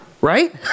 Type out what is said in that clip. right